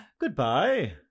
Goodbye